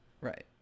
Right